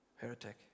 Heretic